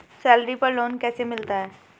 Salary पर loan कैसे मिलता है?